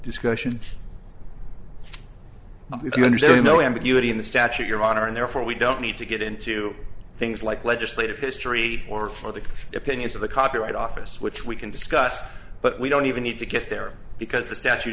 discussion no ambiguity in the statute your honor and therefore we don't need to get into things like legislative history or for the opinions of the copyright office which we can discuss but we don't even need to get there because the statute